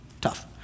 tough